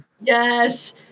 Yes